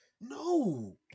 No